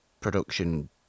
production